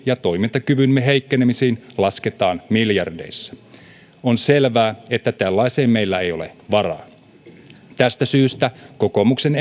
ja toimintakykymme heikkenemisestä lasketaan miljardeissa on selvää että tällaiseen meillä ei ole varaa tästä syystä kokoomuksen